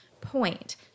point